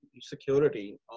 security